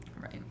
Right